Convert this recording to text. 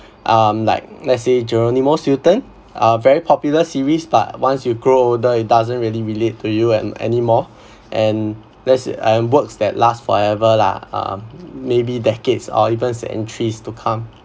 um like let's say geronimo stilton a very popular series but once you grow older it doesn't really relate to you and anymore and that's um works that last forever lah um maybe decades or even centuries to come